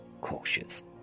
cautious